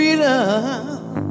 Freedom